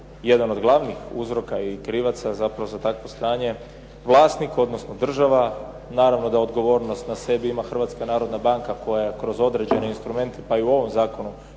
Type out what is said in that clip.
jedan od glavnih uzroka i krivaca zapravo za takvu stanje vlasnik, odnosno država. Naravno da odgovornost na sebi ima Hrvatska narodna banka koja je kroz određene instrumente, pa i u ovom zakonu